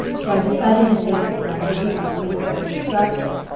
so i decided to take the plunge and become a yoga instructor.